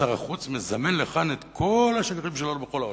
שר החוץ מזמן לכאן את כל השגרירים שלנו בכל העולם,